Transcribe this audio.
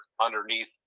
underneath